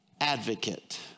advocate